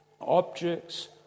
Objects